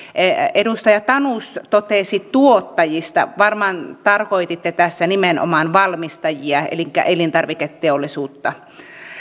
edustaja tanus totesi tuottajista varmaan tarkoititte tässä nimenomaan valmistajia elikkä elintarviketeollisuutta